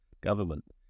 government